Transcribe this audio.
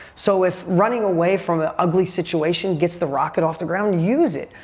so if running away from an ugly situation gets the rocket off the ground, use it.